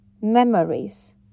memories